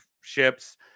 ships